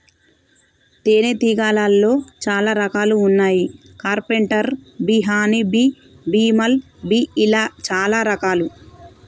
తేనే తీగలాల్లో చాలా రకాలు వున్నాయి carpenter bee honey bee, bumble bee ఇలా చాలా రకాలు